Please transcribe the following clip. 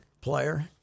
player